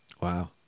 Wow